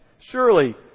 Surely